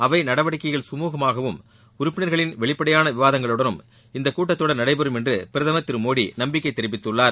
அவை நடவடிக்கைகள் சுமூகமாகவும் உறுப்பினர்களின் வெளிப்படையான விவாதங்களுடனும் இந்தக் கூட்டத் தொடர் நடைபெறும் என்று பிரதமர் திரு மோடி நம்பிக்கை தெரிவித்துள்ளார்